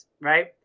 right